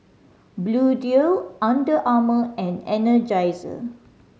Bluedio Under Armour and Energizer